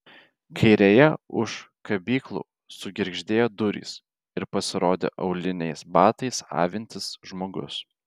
kairėje už kabyklų sugirgždėjo durys ir pasirodė auliniais batais avintis žmogus